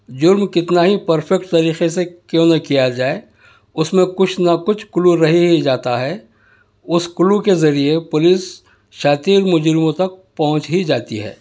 جُرم کتنا ہی پرفیکٹ طریقے سے کیوں نہ کیا جائے اُس میں کچھ نہ کچھ کلو رہ ہی جاتا ہے اُس کلو کے ذریعے پولس شاطر مجرموں تک پہنچ ہی جاتی ہے